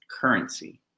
currency